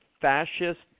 fascist